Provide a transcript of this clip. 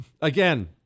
again